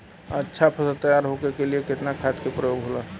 अच्छा फसल तैयार होके के लिए कितना खाद के प्रयोग होला?